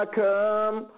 come